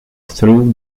through